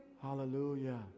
Hallelujah